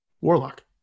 warlock